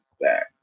back